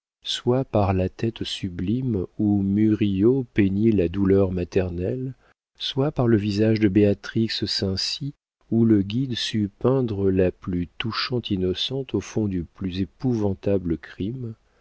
soit par la tête sublime où murillo peignit la douleur maternelle soit par le visage de béatrix cinci où le guide sut peindre la plus touchante innocence au fond du plus épouvantable crime